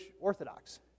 Orthodox